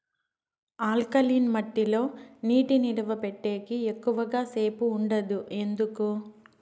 alkaline మట్టి లో నీటి నిలువ పెట్టేకి ఎక్కువగా సేపు ఉండదు ఎందుకు